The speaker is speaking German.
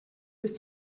ist